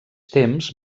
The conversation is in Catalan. temps